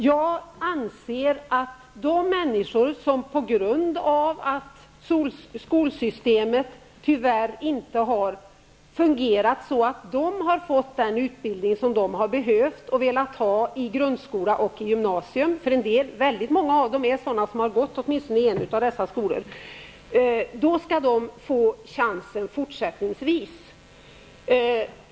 Jag anser att de människor som på grund av att skolsystemet tyvärr inte har fungerat så att de har fått den utbildning de behövt och har velat få i grundskola och i gymnasium, skall kunna få en chans även i fortsättningen. Många av dem har gått i grundskola och t.o.m. gymnasium.